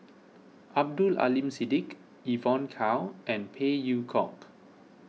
Abdul Aleem Siddique Evon Kow and Phey Yew Kok